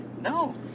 No